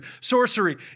sorcery